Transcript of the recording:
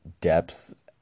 depth